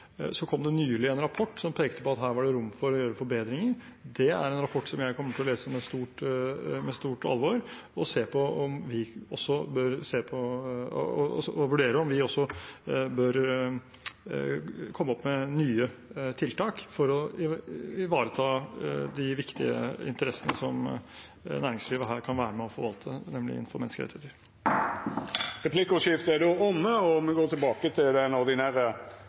Så kom det nylig en rapport som pekte på at her var det rom for å gjøre forbedringer. Det er en rapport som jeg kommer til å lese med stort alvor og se på og vurdere om vi også bør komme opp med nye tiltak for å ivareta de viktige interessene som næringslivet her kan være med på å forvalte, nemlig innenfor menneskerettigheter. Replikkordskiftet er